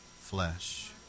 flesh